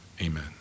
amen